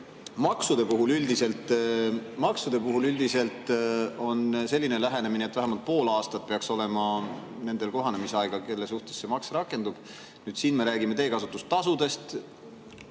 maksude puhul on üldiselt selline lähenemine, et vähemalt pool aastat peaks olema kohanemisaega nendel, kelle suhtes see maks rakendub. Siin me räägime teekasutustasust,